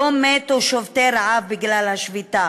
לא מתו שובתי רעב בגלל השביתה,